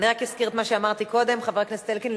אני רק אזכיר את מה שאמרתי קודם, חבר הכנסת אלקין.